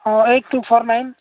ହଁ eight two four nine